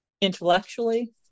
intellectually